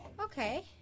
Okay